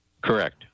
correct